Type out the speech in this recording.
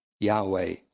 Yahweh